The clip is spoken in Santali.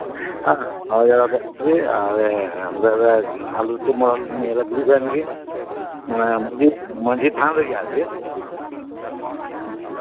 ᱦᱮᱸ ᱦᱚᱦᱚ ᱡᱟᱣᱨᱟ ᱠᱮᱫ ᱠᱚᱜᱮ ᱟᱨ ᱟᱹᱛᱩ ᱢᱚᱬᱮ ᱦᱚᱲ ᱞᱮ ᱫᱩᱲᱩᱵ ᱮᱱᱜᱮ ᱢᱟᱱᱮ ᱢᱟᱺᱡᱷᱤ ᱢᱟᱺᱡᱷᱤ ᱛᱷᱟᱱ ᱨᱮᱜᱮ ᱟᱨᱠᱤ